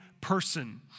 person